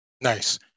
Nice